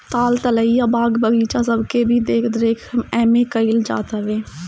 ताल तलैया, बाग बगीचा सबके भी देख रेख एमे कईल जात हवे